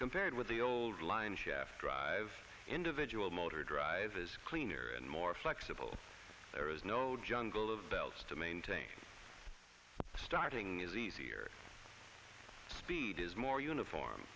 compared with the old line shaft drive individual motor drive is cleaner and more flexible there is no jungle of bells to maintain starting is easier speed is more uniform